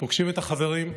פוגשים את החברים,